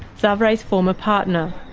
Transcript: zavrae's former partner,